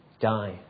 die